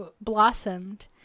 blossomed